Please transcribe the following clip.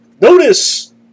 Notice